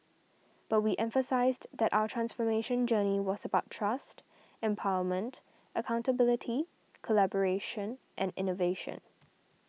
but we emphasised that our transformation journey was about trust empowerment accountability collaboration and innovation